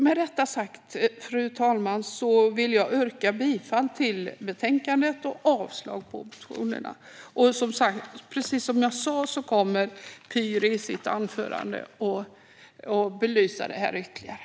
Med detta sagt, fru talman, yrkar jag bifall till utskottets förslag i betänkandet och avslag på motionerna. Precis som jag sa kommer Pyry i sitt anförande att belysa detta ytterligare.